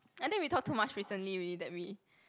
I think we talk too much recently really that we